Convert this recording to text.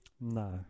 No